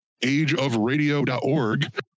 ageofradio.org